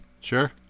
sure